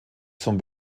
zum